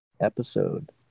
episode